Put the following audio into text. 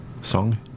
song